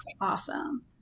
awesome